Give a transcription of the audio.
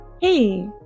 Hey